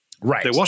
Right